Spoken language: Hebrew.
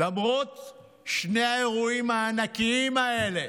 למרות שני האירועים הענקיים האלה,